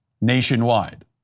nationwide